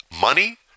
money